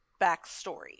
backstory